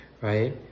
right